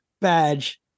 badge